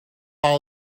all